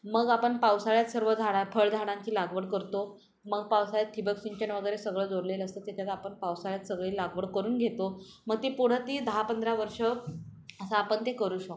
मग आपण पावसाळ्यात सर्व झाडां फळ झाडांची लागवड करतो मग पावसाळ्यात ठिबक सिंचन वगैरे सगळं जोडलेलं असतं त्याच्यात आपण पावसाळ्यात सगळी लागवड करून घेतो मग ते पुढं ती दहा पंधरा वर्ष असं आपण ते करू शकतो